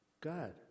God